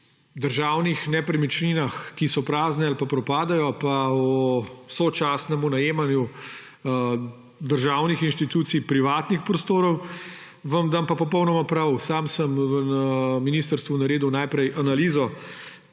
državnih nepremičninah, ki so prazne ali pa propadajo, pa o sočasnemu najemanju državnih institucij privatnih prostorov, vam dam pa popolnoma prav. Sam sem na ministrstvu naredil najprej analizo,